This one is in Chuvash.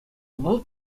вӑл